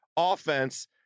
Offense